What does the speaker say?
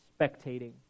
spectating